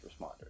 responders